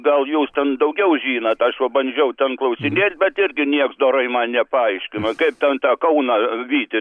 gal jūs ten daugiau žinot aš va bandžiau ten klausinėt bet irgi nieks dorai man nepaaiškino kaip ten tą kauno vytį